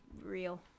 real